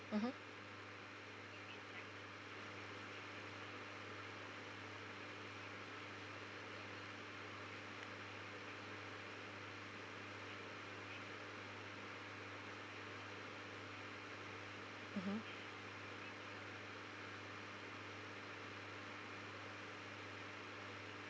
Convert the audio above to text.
mmhmm mmhmm